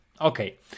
okay